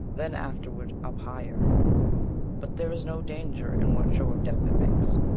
then afterward up higher but there is no danger in what show of death it makes,